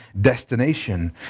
destination